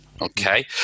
okay